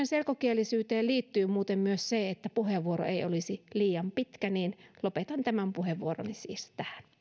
selkokielisyyteen liittyy muuten myös se että puheenvuoro ei olisi liian pitkä niin lopetan tämän puheenvuoroni siis